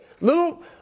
little –